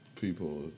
people